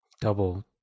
Double